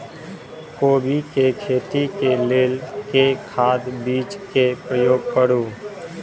कोबी केँ खेती केँ लेल केँ खाद, बीज केँ प्रयोग करू?